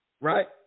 right